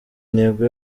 intego